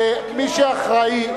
ומי שאחראי,